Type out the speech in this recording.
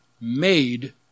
made